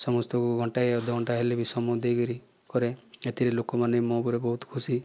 ସମସ୍ତଙ୍କୁ ଘଣ୍ଟାଏ ଅଧ ଘଣ୍ଟାଏ ହେଲେ ବି ସମୟ ଦେଇକରି କରେ ଏଥିରେ ଲୋକମାନେ ମୋ' ଉପରେ ବହୁତ ଖୁସି